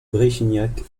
bréchignac